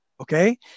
okay